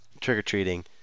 Trick-or-treating